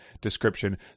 description